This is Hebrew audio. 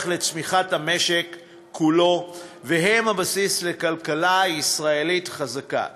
לצמיחת המשק כולו והם הבסיס לכלכלה ישראלית חזקה.